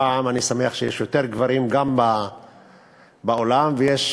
הפעם אני שמח שיש יותר גברים גם באולם, ויש